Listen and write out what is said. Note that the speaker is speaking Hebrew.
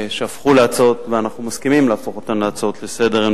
שאנחנו מסכימים להפוך אותן להצעות לסדר-היום,